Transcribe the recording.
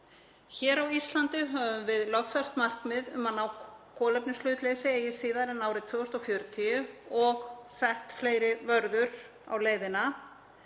Hér á Íslandi höfum við lögfest markmið um að ná kolefnishlutleysi eigi síðar en árið 2046 og sett fleiri vörður á leiðina.